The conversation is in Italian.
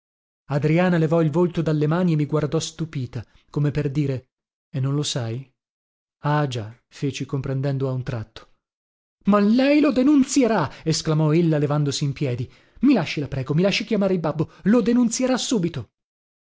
adriana levò il volto dalle mani e mi guardò stupita come per dire e non lo sai ah già feci comprendendo a un tratto ma lei lo denunzierà esclamò ella levandosi in piedi i lasci la prego mi lasci chiamare il babbo lo denunzierà subito